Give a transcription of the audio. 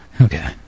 Okay